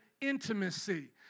intimacy